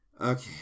okay